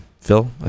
Phil